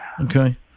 Okay